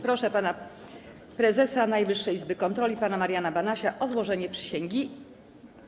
Proszę pana prezesa Najwyższej Izby Kontroli pana Mariana Banasia o złożenie przysięgi.